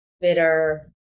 bitter